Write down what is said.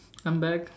I'm back